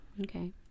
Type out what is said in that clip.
Okay